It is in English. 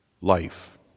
life